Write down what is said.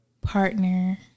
partner